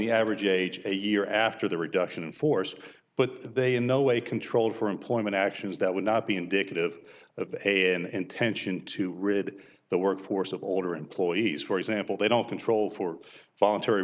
the average age a year after the reduction in force but they in no way controlled for employment actions that would not be indicative of an intention to rid the workforce of older employees for example they don't control for voluntary